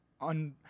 on